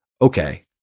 Okay